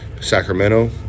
sacramento